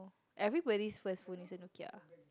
everybody first phone is a Nokia